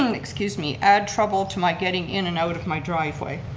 and excuse me, add trouble to my getting in and out of my driveway.